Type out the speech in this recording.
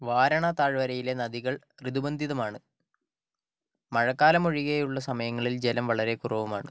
വാരണ താഴ്വരയിലെ നദികൾ ഋതുബന്ധിതമാണ് മഴക്കാലമൊഴികെയുള്ള സമയങ്ങളിൽ ജലം വളരെ കുറവുമാണ്